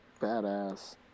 badass